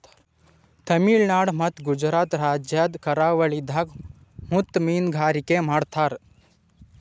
ತಮಿಳುನಾಡ್ ಮತ್ತ್ ಗುಜರಾತ್ ರಾಜ್ಯದ್ ಕರಾವಳಿದಾಗ್ ಮುತ್ತ್ ಮೀನ್ಗಾರಿಕೆ ಮಾಡ್ತರ್